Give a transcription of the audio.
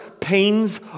pains